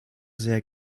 sehr